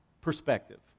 perspective